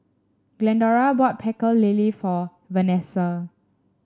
Glendora bought Pecel Lele for Vanesa